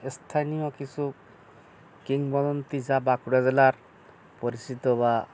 স্থানীয় কিছু কিংবদন্তী যা বাঁকুড়া জেলার পরিচিত বা